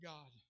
God